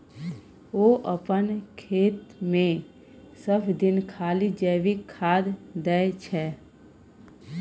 ओ अपन खेतमे सभदिन खाली जैविके खाद दै छै